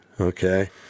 okay